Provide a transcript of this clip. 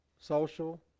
social